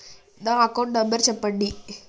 నా account number చెప్పండి?